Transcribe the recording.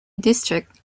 district